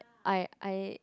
I I